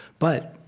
but,